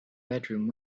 bedroom